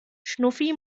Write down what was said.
schnuffi